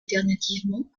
alternativement